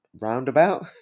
roundabout